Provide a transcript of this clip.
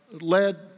led